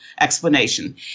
explanation